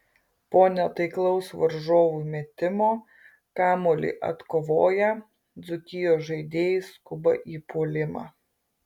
po netaiklaus varžovų metimo kamuolį atkovoję dzūkijos žaidėjai skuba į puolimą